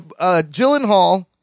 Gyllenhaal